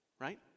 Right